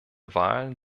wahlen